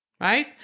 right